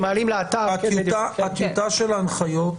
הטיוטה של ההנחיות